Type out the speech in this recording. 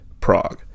Prague